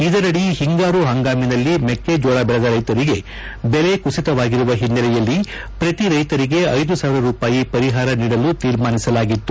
ಇದರಡಿ ಒಂಗಾರು ಪಂಗಾಮಿನಲ್ಲಿ ಮಕ್ಕೆಜೋಳ ಬೆಳೆದ ರೈತಂಗೆ ಬೆಲೆ ಕುಟಿತವಾಗಿರುವ ಓನ್ನೆಲೆಯಲ್ಲಿ ಪ್ರಕಿ ರೈತರಿಗೆ ಐದು ಸಾವಿರ ರೂಪಾಯಿ ಪರಿಹಾರ ನೀಡಲು ತೀರ್ಮಾನಿಸಲಾಗಿತ್ತು